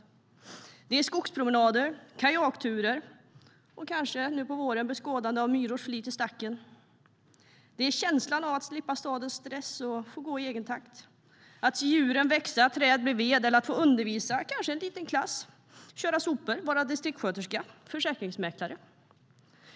Landsbygden är skogspromenader, kajakturer och kanske nu på våren beskådande av myrors flit i stacken. Det är känslan av att slippa stadens stress och att få gå i egen takt, att djuren växer, att träd blir ved eller att få undervisa en liten klass. Det kan vidare vara att köra sopor, vara distriktssköterska eller försäkringsmäklare.